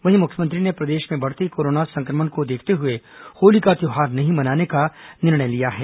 वहीं मुख्यमंत्री ने प्रदेश में बढ़ते कोरोना संक्रमण को देखते हुए होली का त्यौहार नहीं मनाने का निर्णय लिया है